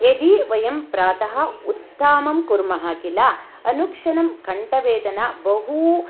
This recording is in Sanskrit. यदि वयं प्रातः उत्थानं कुर्मः किल अनुक्षणं कण्ठवेदना बहू